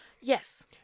Yes